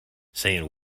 saying